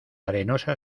arenosa